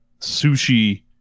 sushi